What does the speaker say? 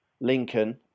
Lincoln